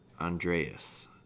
Andreas